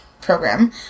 program